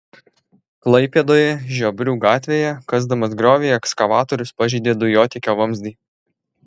klaipėdoje žiobrių gatvėje kasdamas griovį ekskavatorius pažeidė dujotiekio vamzdį